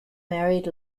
married